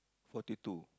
forty two